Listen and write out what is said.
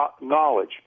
knowledge